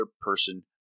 person